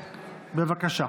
בבקשה.